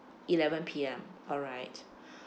eleven P_M alright